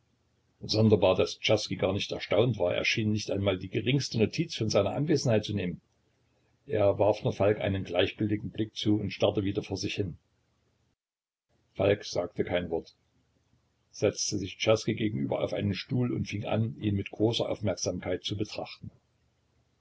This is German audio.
sonderbar daß czerski gar nicht erstaunt war er schien nicht einmal die geringste notiz von seiner anwesenheit zu nehmen er warf nur falk einen gleichgültigen blick zu und starrte wieder vor sich hin falk sagte kein wort setzte sich czerski gegenüber auf einen stuhl und fing an ihn mit großer aufmerksamkeit zu betrachten